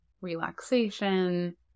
relaxation